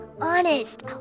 honest